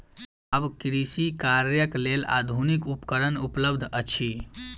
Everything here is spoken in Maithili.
आब कृषि कार्यक लेल आधुनिक उपकरण उपलब्ध अछि